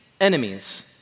enemies